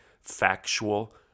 factual